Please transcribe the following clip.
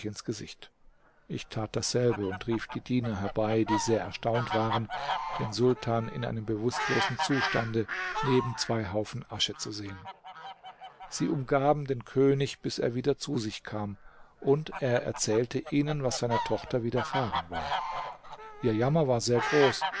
ins gesicht ich tat dasselbe und rief die diener herbei die sehr erstaunt waren den sultan in einem bewußtlosen zustande neben zwei haufen asche zu sehen sie umgaben den könig bis er wieder zu sich kam und er erzählte ihnen was seiner tochter widerfahren war ihr jammer war sehr groß